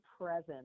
present